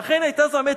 "ואכן היתה זו האמת,